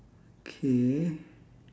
K